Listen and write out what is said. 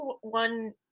one